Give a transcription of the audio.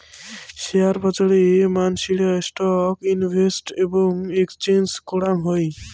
share বাজারে মানসিরা stock invest এবং এক্সচেঞ্জ করাং হই